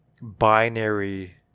binary